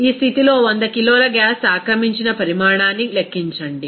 ఈ స్థితిలో 100 కిలోల గ్యాస్ ఆక్రమించిన పరిమాణాన్ని లెక్కించండి